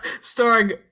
starring